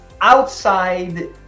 outside